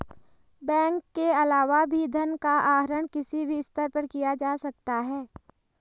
bank के अलावा भी धन का आहरण किसी भी स्तर पर किया जा सकता है